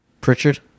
Pritchard